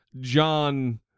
John